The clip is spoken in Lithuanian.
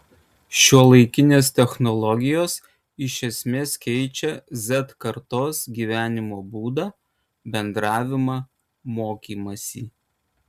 šiuolaikinės technologijos iš esmės keičia z kartos gyvenimo būdą bendravimą mokymąsi